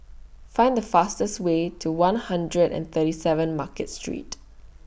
Find The fastest Way to one hundred and thirty seven Market Street